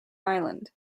island